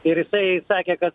ir jisai sakė kad